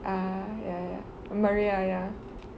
ah ya ya maria ya